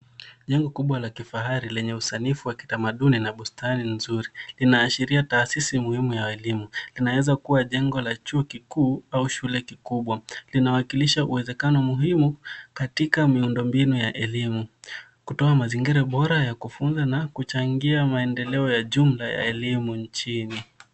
Jengo kubwa la kifahari lenye usanifu wa kitamaduni na bustani nzuri, linaashiria taasisi muhimu ya elimu, inaweza kuwa jengo la chuo kikuu au shule kikubwa, linawakilisha uwezekano muhimu katika miundombinu ya elimu, kutoa mazingira bora ya kufunza na kuchangia maendeleo ya jumla ya elimu nchini.